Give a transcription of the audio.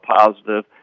positive